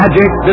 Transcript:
Magic